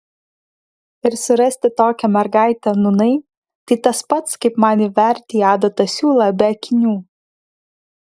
ir surasti tokią mergaitę nūnai tai tas pats kaip man įverti į adatą siūlą be akinių